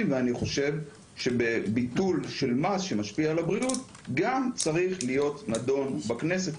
ואני חושב שביטול של מס שמשפיע על הבריאות צריך להיות נדון גם בכנסת.